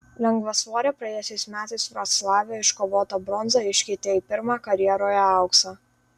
lengvasvorė praėjusiais metais vroclave iškovotą bronzą iškeitė į pirmą karjeroje auksą